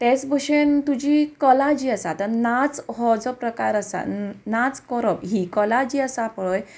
तेच भशेन तुजी कला जी आसा तातूंत नाच हो जो प्रकार आसा नाच करप ही कला जी आसा पय